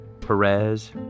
Perez